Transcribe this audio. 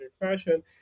fashion